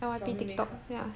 小妹妹 club